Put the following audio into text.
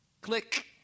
click